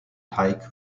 haiku